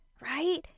right